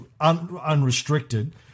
unrestricted